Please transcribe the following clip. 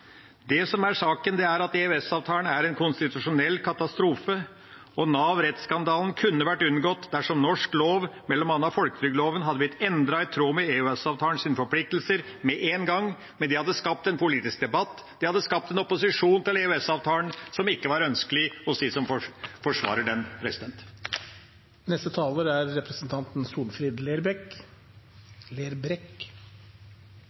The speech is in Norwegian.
Det som er saken, er at EØS-avtalen er en konstitusjonell katastrofe, og Nav-rettsskandalen kunne vært unngått dersom norsk lov, bl.a. folketrygdloven, hadde blitt endret i tråd med EØS-avtalens forpliktelser med en gang. Men det hadde skapt en politisk debatt, det hadde skapt en opposisjon til EØS-avtalen som ikke var ønskelig hos dem som forsvarer den.